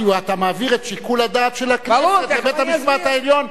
כי אתה מעביר את שיקול הדעת של הכנסת לבית-המשפט העליון,